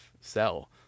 sell